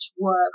work